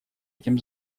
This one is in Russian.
этим